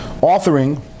authoring